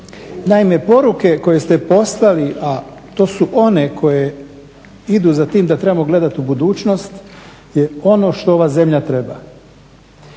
Naime, poruke koje ste poslali, a to su one idu za tim da trebamo gledati u budućnost je ono što ova zemlja treba.